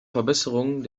verbesserung